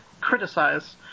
criticize